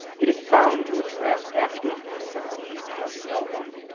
it is bound to attract active sympathy from no one.